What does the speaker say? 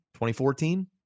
2014